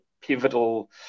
pivotal